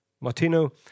Martino